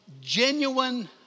genuine